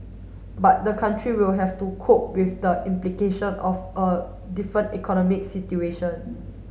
but the country will have to cope with the implication of a different economic situation